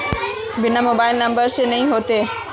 बिना mobile number से नहीं होते?